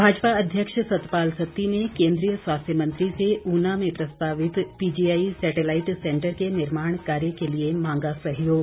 भाजपा अध्यक्ष सतपाल सत्ती ने केन्द्रीय स्वास्थ्य मंत्री से ऊना में प्रस्तावित पीजीआई सैटेलाईट सैंटर के निर्माण कार्य के लिए मांगा सहयोग